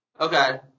Okay